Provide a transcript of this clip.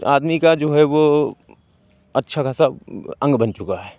आदमी का जो है वो अच्छा ख़ासा अंग बन चुका है